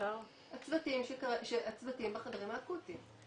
הצוותים בחדרים האקוטיים.